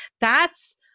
thats